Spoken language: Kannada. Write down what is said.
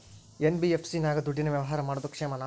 ಎನ್.ಬಿ.ಎಫ್.ಸಿ ನಾಗ ದುಡ್ಡಿನ ವ್ಯವಹಾರ ಮಾಡೋದು ಕ್ಷೇಮಾನ?